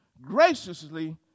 graciously